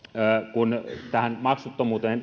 kun tähän maksuttomuuteen